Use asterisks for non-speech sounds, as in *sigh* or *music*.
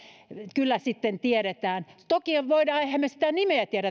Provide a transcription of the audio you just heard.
kyllä sitten tiedetään toki emmehän me sitä nimeä tiedä *unintelligible*